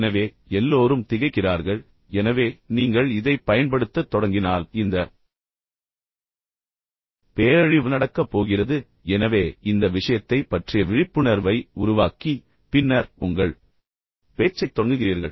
எனவே எல்லோரும் திகைக்கிறார்கள் எனவே நீங்கள் இதைப் பயன்படுத்தத் தொடங்கினால் இந்த பேரழிவு நடக்கப் போகிறது எனவே இந்த விஷயத்தைப் பற்றிய விழிப்புணர்வை உருவாக்கி பின்னர் உங்கள் பேச்சைத் தொடங்குகிறீர்கள்